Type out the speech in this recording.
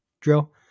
drill